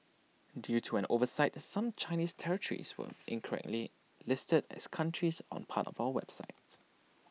due to an oversight some Chinese territories were incorrectly listed as countries on parts of our website